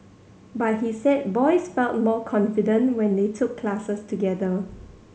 but he said boys felt more confident when they took classes together